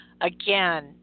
again